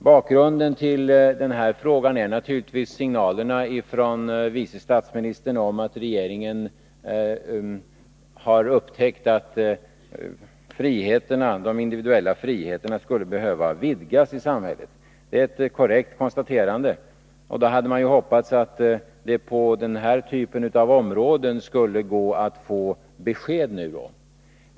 Bakgrunden till denna fråga är naturligtvis signalerna från vice statsministern om att regeringen har upptäckt att de individuella friheterna skulle behöva vidgas i samhället. Det är ett korrekt konstaterande. Då hade jag hoppats att det på denna typ av områden skulle gå att få besked.